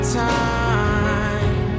time